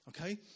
Okay